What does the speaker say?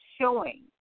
showing